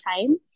time